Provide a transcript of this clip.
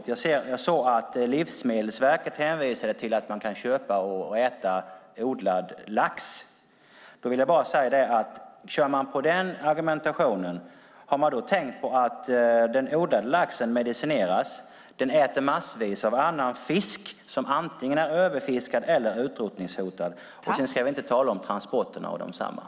Jag såg att Livsmedelsverket hänvisade till att man kan köpa och äta odlad lax. Då vill jag bara säga att om man kör med den argumentationen, har man då tänkt på att den odlade laxen medicineras och äter massvis av annan fisk som antingen är överfiskad eller utrotningshotad? Sedan ska vi inte tala om transporterna av den.